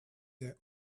their